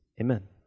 amen